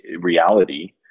reality